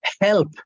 help